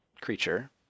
creature